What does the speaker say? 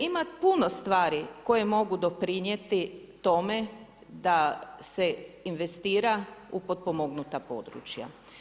Ima puno stvari koje mogu doprinijeti tome da se investira u potpomognuta područja.